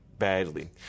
Badly